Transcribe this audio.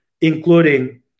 including